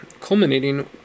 culminating